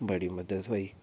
बड़ी मदद थ्होई